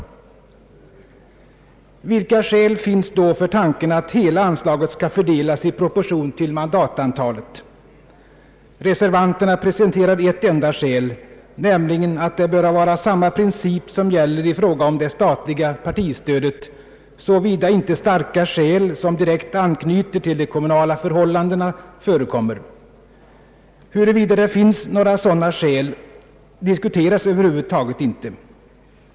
Vilka skäl finns då för tanken att hela anslaget skall fördelas i proportion till mandatantalet? Reservanterna presenterar ett enda skäl, nämligen att det bör vara samma princip som gäller i fråga om det statliga partistödet, såvida inte »starka skäl, som direkt anknyter till de kommunala förhållandena» förekommer. Huruvida det finns några sådana skäl diskuteras över huvud taget inte.